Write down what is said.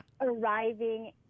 arriving